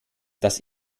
das